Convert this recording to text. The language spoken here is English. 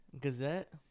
Gazette